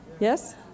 Yes